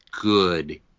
good